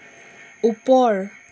ওপৰ